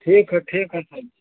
ठीक है ठीक है सर